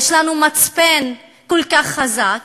יש לנו מצפן כל כך חזק,